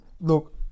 look